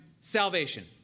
salvation